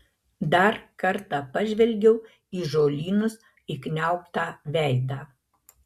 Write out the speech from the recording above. dar kartą pažvelgiau į žolynus įkniaubtą veidą